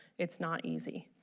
it's not easy.